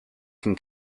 can